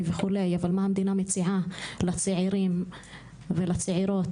אבל מה המדינה מציעה לצעירים ולצעירות?